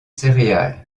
céréales